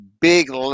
big